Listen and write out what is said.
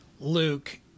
Luke